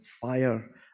fire